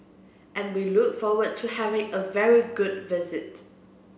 and we look forward to having a very good visit